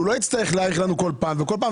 שהוא לא יצטרך להאריך לנו בכל פעם.